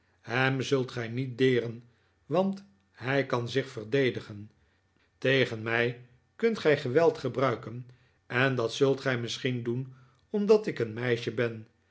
hem zult gij niet deren want hij kan zich verdedigen tegen mij kunt gij geweld gebruiken en dat zult gij misschien doen omdat ik een meisje ben